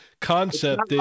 concept